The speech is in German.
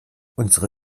unsere